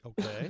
Okay